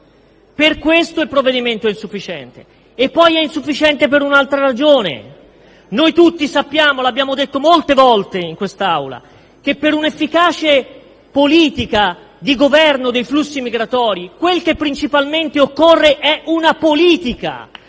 Per questo il provvedimento è insufficiente, ma lo è anche per un'altra ragione. Noi tutti sappiamo - l'abbiamo detto molte volte in quest'Aula - che per un'efficace politica di governo dei flussi migratori quel che principalmente occorre è una Politica